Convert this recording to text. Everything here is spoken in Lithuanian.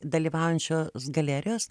dalyvaujančios galerijos